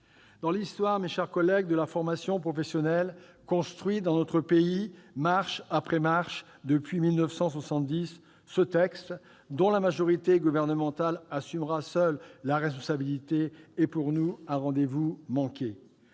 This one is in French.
dans l'histoire de la formation professionnelle construite dans notre pays marche après marche depuis 1970, ce texte, dont la majorité gouvernementale assumera seule la responsabilité, est, à nos yeux, un rendez-vous manqué.